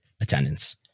attendance